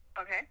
Okay